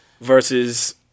Versus